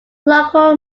local